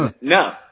No